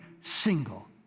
single